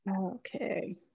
Okay